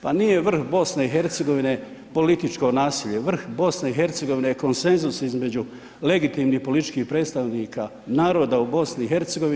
Pa nije vrh BiH političko nasilje, vrh BiH je konsenzus između legitimnih političkih predstavnika naroda u BiH.